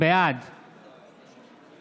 בעד צחי הנגבי,